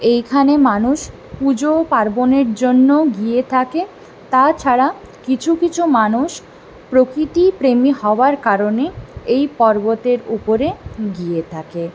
এইখানে মানুষ পুজো ও পার্বনের জন্যও গিয়ে থাকে তাছাড়া কিছু কিছু মানুষ প্রকৃতিপ্রেমী হওয়ার কারণে এই পর্বতের উপরে গিয়ে থাকে